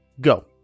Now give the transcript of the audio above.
go